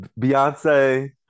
Beyonce